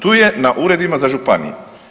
Tu je na uredima za županije.